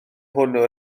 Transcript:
hwnnw